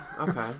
Okay